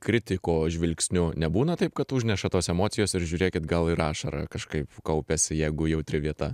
kritiko žvilgsniu nebūna taip kad užneša tos emocijos ir žiūrėkit gal ir ašara kažkaip kaupiasi jeigu jautri vieta